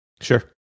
Sure